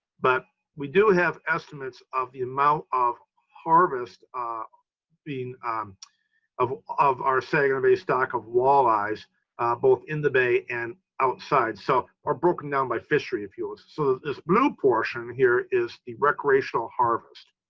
but we do have estimates of the amount of harvest being of of our saginaw bay stock of walleyes both in the bay and outside, so are broken down by fishery, if you will. so this blue portion here is the recreational harvest.